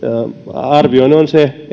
arvioni on